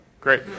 Great